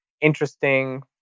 interesting